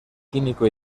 químico